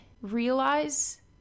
realize